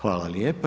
Hvala lijepa.